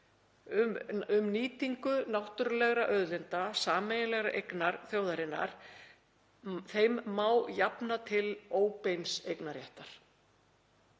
um nýtingu náttúrulegra auðlinda, sameiginlegrar eignar þjóðarinnar, má jafna til óbeins eignarréttar.